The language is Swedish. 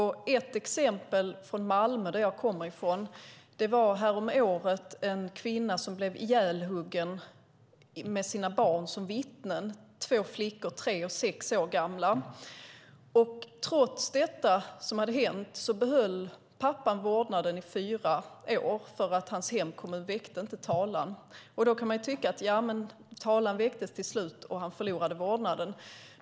I ett exempel från Malmö, där jag kommer ifrån, var det häromåret en kvinna som blev ihjälhuggen med sina barn som vittnen. Det var två flickor, tre och sex år gamla. Trots det som hade hänt behöll pappa vårdnaden i fyra år för att hans hemkommun inte väckte talan. Talan väcktes till slut, och han förlorade vårdnaden.